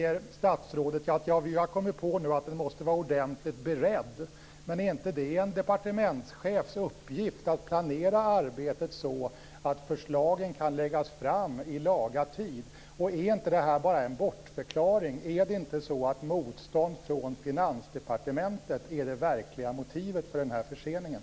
Statsrådet säger nu: Vi har kommit på att propositionen måste vara ordentligt beredd. Är inte det en departementschefs uppgift att planera arbetet så att förslagen kan läggas fram i laga tid? Är det inte bara en bortförklaring? Är det inte så att motstånd från Finansdepartementet är det verkliga motivet för förseningen?